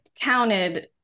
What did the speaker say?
counted